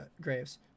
Graves